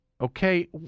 Okay